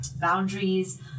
boundaries